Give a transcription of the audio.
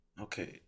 Okay